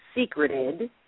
secreted